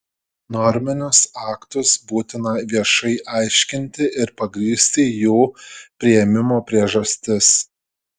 norminius aktus būtina viešai aiškinti ir pagrįsti jų priėmimo priežastis